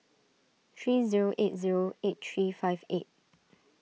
three zero eight zero eight three five eight